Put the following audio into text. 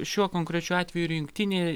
šiuo konkrečiu atveju ir juntinėj